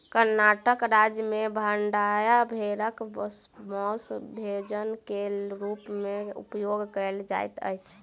कर्णाटक राज्य में मांड्या भेड़क मौस भोजन के रूप में उपयोग कयल जाइत अछि